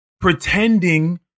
pretending